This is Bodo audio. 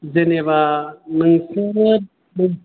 जेनेबा नोंसोरो